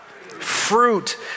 Fruit